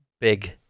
big